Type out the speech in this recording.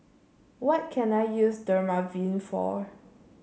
what can I use Dermaveen for